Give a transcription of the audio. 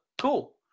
Cool